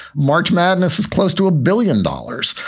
march madness is close to a billion dollars.